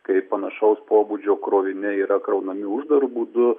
kai panašaus pobūdžio kroviniai yra kraunami uždaru būdu